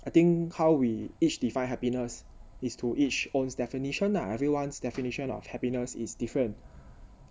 I think how we each define happiness is to each own's definition lah everyone's definition of happiness is different